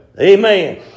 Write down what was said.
Amen